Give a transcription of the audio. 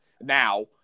now